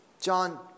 John